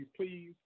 please